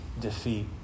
defeat